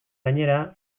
gainera